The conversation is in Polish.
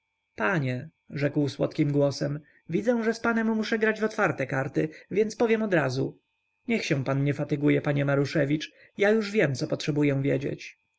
panie rzekł słodkim głosem widzę że z panem muszę grać w otwarte karty więc powiem odrazu niech się pan nie fatyguje panie maruszewicz ja już wiem co potrzebuję wiedzieć